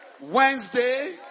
Wednesday